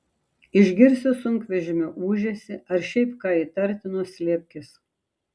išgirsi sunkvežimio ūžesį ar šiaip ką įtartino slėpkis